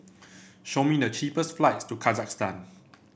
show me the cheapest flights to Kazakhstan